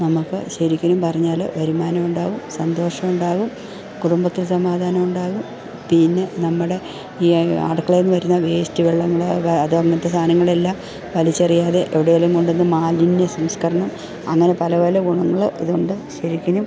നമുക്ക് ശരിക്കിനും പറഞ്ഞാൽ വരുമാനമുണ്ടാവും സന്തോഷമുണ്ടാവും കുടുംബത്തിൽ സമാധാനമുണ്ടാവും പിന്നെ നമ്മുടെ ഈ അടുക്കളയിൽ നിന്നു വരുന്ന വേസ്റ്റ് വെള്ളങ്ങൾ അത് അത് അങ്ങനത്തെ സാധനങ്ങൾ എല്ലാം വലിച്ചെറിയാതെ എവിടെയെങ്കിലും കൊണ്ടുവന്ന് മാലിന്യസംസ്കരണം അങ്ങനെ പല പല ഗുണങ്ങൾ ഇതുകൊണ്ട് ശരിക്കിനും